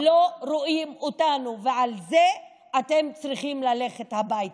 לא רואים אותנו, ועל זה אתם צריכים ללכת הביתה.